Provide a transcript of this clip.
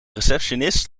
receptionist